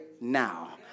now